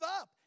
up